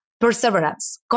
perseverance